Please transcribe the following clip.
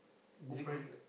buffet